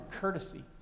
courtesy